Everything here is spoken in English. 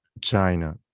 China